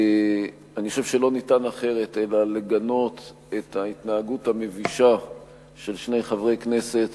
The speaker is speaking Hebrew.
אני חושב שלא ניתן אלא לגנות את ההתנהגות המבישה של שני חברי כנסת